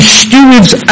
stewards